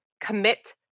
Commit